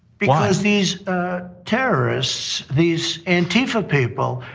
because these terrorists, these antifa people,